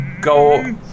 go